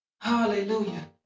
Hallelujah